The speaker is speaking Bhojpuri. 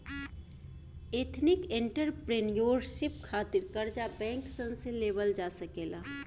एथनिक एंटरप्रेन्योरशिप खातिर कर्जा बैंक सन से लेवल जा सकेला